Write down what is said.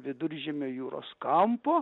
viduržemio jūros kampo